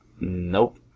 Nope